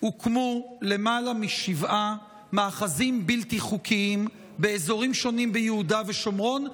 הוקמו למעלה משבעה מאחזים בלתי חוקיים באזורים שונים ביהודה ושומרון,